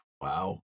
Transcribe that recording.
Wow